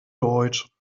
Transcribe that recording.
deutsch